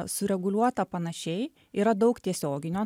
sureguliuota panašiai yra daug tiesioginio